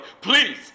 please